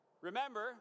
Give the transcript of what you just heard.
Remember